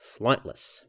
flightless